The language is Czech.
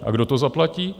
A kdo to zaplatí?